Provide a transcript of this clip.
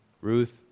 Ruth